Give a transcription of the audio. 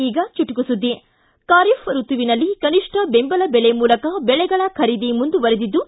ಈಗ ಚುಚುಕು ಸುದ್ದಿ ಬಾರೀಫ್ ಋತುವಿನಲ್ಲಿ ಕನಿಷ್ಠ ಬೆಂಬಲ ಬೆಲೆ ಮೂಲಕ ಬೆಳೆಗಳ ಖರೀದಿ ಮುಂದುವರಿದಿದ್ದು